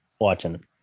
watching